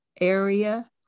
area